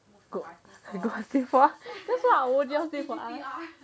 what what kind of rule for R_C